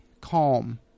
calm